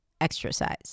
exercise